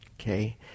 Okay